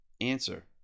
Answer